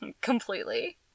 Completely